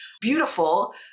beautiful